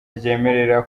ryemerera